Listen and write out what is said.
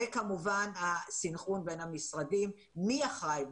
וכמובן, הסנכרון בין המשרדים, מי אחראי.